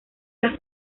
las